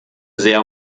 sehr